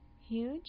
Huge